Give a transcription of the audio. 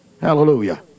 Hallelujah